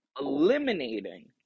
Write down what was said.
eliminating